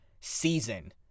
season